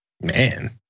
Man